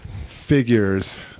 figures